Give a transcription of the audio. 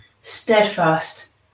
steadfast